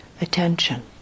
attention